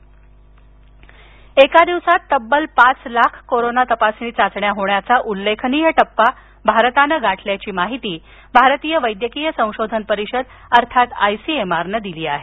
चाचण्या एका दिवसात तब्बल पाच लाख कोरोना तपासणी चाचण्या होण्याचा उल्लेखनीय टप्पा भारतानं गाठल्याची माहिती भारतीय वैद्यकीय संशोधन परिषद अर्थात आयसीएमआरनं दिली आहे